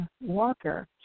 Walker